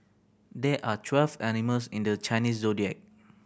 there are twelve animals in the Chinese Zodiac